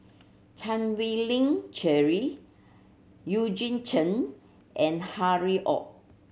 Chan Wei Ling Cheryl Eugene Chen and Harry Ord